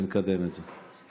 ונקדם את זה.